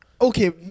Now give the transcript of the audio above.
Okay